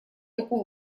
такой